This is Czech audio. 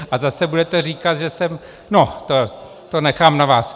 A zase budete říkat, že jsem... no, to nechám na vás.